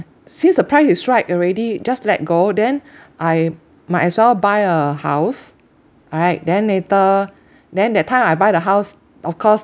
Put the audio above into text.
since the price is right already just let go then I might as well buy a house alright then later then that time I buy the house of course